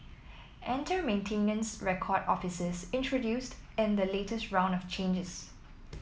enter maintenance record officers introduced in the latest round of changes